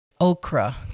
okra